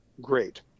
great